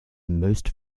most